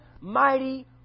mighty